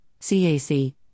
CAC